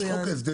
יש חוק הסדרים,